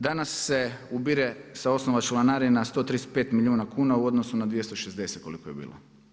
Danas se ubire sa osnova članarina 135 milijuna kuna u odnosu na 260 koliko je bilo.